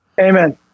Amen